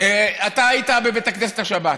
אתה היית בבית הכנסת השבת,